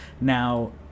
now